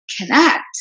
connect